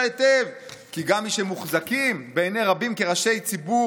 היטב כי גם מי שמוחזקים בעיני רבים כראשי הציבור